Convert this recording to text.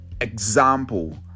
example